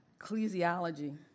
ecclesiology